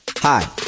Hi